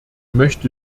möchte